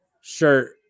shirt